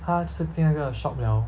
她就是进那个 shop 了